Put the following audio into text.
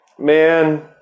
man